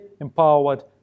empowered